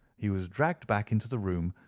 he was dragged back into the room,